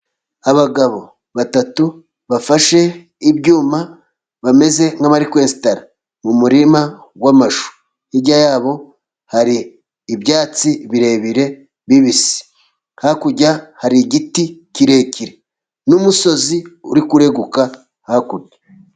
Abagabo batatu bafashe ibyuma, bameze nk'abari kwesitara mu murima w'amashu, hirya yabo hari ibyatsi birebire, bibisi , hakurya hari igiti kirekire, n'umusozi uri kureguka hakurya.